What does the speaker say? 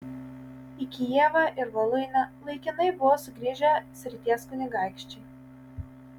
į kijevą ir voluinę laikinai buvo sugrįžę srities kunigaikščiai